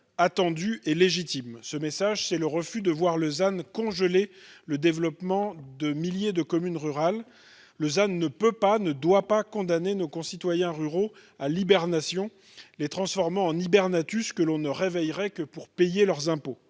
attendu et légitime. Ce message, c'est notre refus de voir le ZAN congeler le développement de milliers de communes rurales. Ce dispositif ne doit pas condamner nos concitoyens ruraux à l'hibernation, les transformant en Hibernatus que l'on ne réveillerait que pour payer leurs impôts.